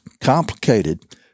Complicated